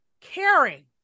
caring